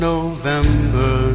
November